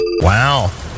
Wow